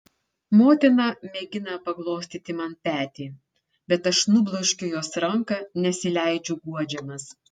motina mėgina paglostyti man petį bet aš nubloškiu jos ranką nesileidžiu guodžiamas